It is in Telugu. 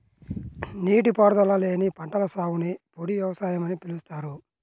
నీటిపారుదల లేని పంటల సాగుని పొడి వ్యవసాయం అని పిలుస్తారు